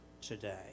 today